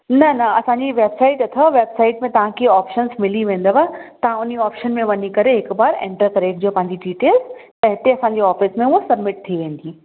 न न असांजी वेबसाईट अथव वेबसाईट में तव्हांखे ऑप्शनिस मिली वेंदव तव्हां उन ऑप्शन में वञी करे हिकु बार एंटर करे अचिजो पंहिंजी डीटेल्स त हिते असांजी ऑफ़िस में हूअ सबमिट थी वेंदी